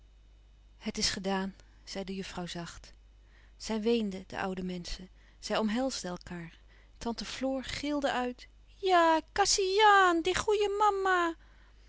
het is gedaan zei de juffrouw zacht zij weenden de oude menschen zij omhelsden elkaâr tante floor gilde uit jà kassiàn die ghoèie mama